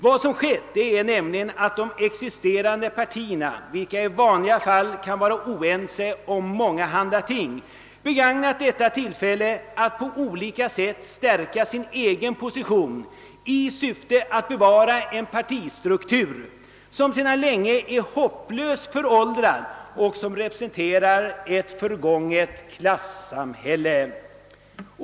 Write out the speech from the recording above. Vad som skett är nämligen att de existerande partierna, vilka i vanliga fall kan vara oense om mångahanda ting, begagnat detta tillfälle att på olika sätt stärka sin egen position i syfte att bevara en partistruktur som sedan länge är hopplöst föråldrad och som representerar ett förgånget klassamhälle.